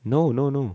no no no